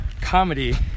comedy